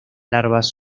larvas